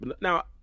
Now